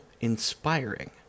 inspiring